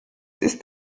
ist